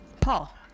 Paul